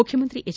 ಮುಖ್ಯಮಂತ್ರಿ ಎಚ್